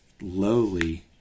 lowly